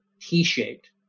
T-shaped